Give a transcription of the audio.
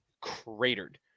cratered